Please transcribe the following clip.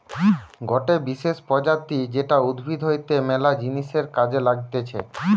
গটে বিশেষ প্রজাতি যেটা উদ্ভিদ হইতে ম্যালা জিনিসের কাজে লাগতিছে